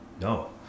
no